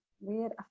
weird